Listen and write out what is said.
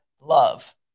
love